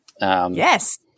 Yes